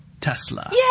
Tesla